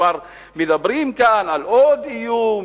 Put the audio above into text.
כבר מדברים כאן על עוד איום,